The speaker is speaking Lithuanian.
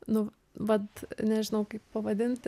nu vat nežinau kaip pavadinti